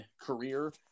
career